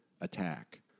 attack